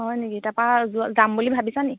হয় নেকি তাৰপৰা যোৱা যাম বুলি ভাবিছা নেকি